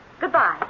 Goodbye